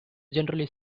generally